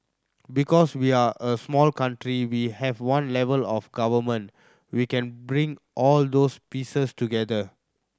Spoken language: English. because we're a small country we have one level of Government we can bring all those pieces together